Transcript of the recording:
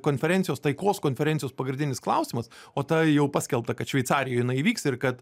konferencijos taikos konferencijos pagrindinis klausimas o tai jau paskelbta kad šveicarijoj jinai įvyks ir kad